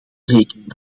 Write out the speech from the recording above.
rekening